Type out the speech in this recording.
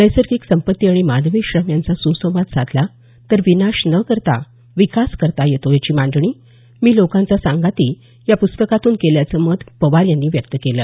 नैसर्गिक संपत्ती आणि मानवी श्रम यांचा सुसंवाद साधला तर विनाश न करता विकास करता येतो यांची मांडणी मी लोकांचा सागांती या प्स्तकातून केल्याचं मत पवार यांनी व्यक्त केलं